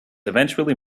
eventually